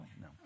No